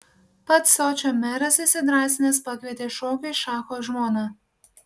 pats sočio meras įsidrąsinęs pakvietė šokiui šacho žmoną